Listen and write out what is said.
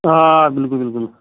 آ بِلکُل بِلکُل